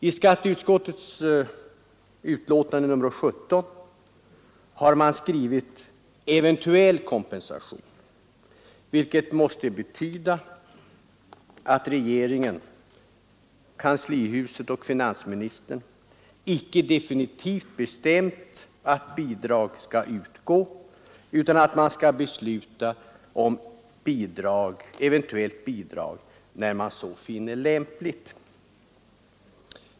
I skatteutskottets betänkande nr 17 har man skrivit ”eventuell kompensation”, vilket måste betyda att regeringen kanslihuset och finansministern — icke definitivt bestämt att bidrag skall utgå utan att man skall besluta om eventuellt bidrag när man så finner lämpligt.